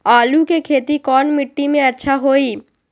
आलु के खेती कौन मिट्टी में अच्छा होइ?